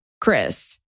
Chris